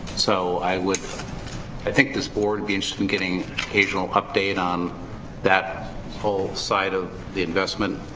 so i would i think this board be and just been getting asian ille de don that whole side of the investment